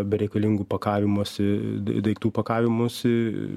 bereikalingų pakavimosi daiktų pakavimosi